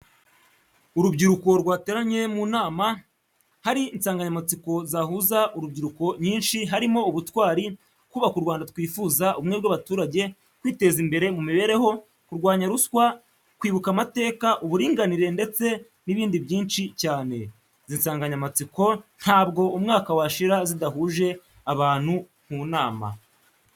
Urubyiruko rwateranye mu nama. Hari insanganyamatsiko zahuza urubyiruko nyinshi, harimo: ubutwari, kubaka u Rwanda twifuza, ubumwe bw'abaturage, kwiteza imbere mu mibereho, kurwanya ruswa, kwibuka amateka, uburinganire ndetse n'ibindi byinshi cyane, izi nsanganyamatsiko ntabwo umwaka washira zidahuje abantu mu nama.